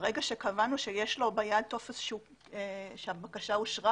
ברגע שקבענו שיש לו ביד טופס שהבקשה אושרה